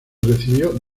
recibió